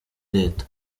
leta